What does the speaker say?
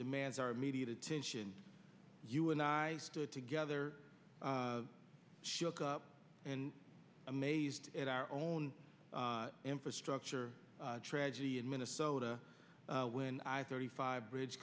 demands our immediate attention you and i stood together shook up and amazed at our own infrastructure tragedy in minnesota when i thirty five bridge